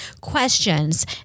questions